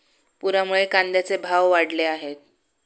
पुरामुळे कांद्याचे भाव वाढले आहेत